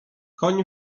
koń